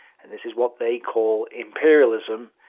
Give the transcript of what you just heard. and this is what they call imperialism,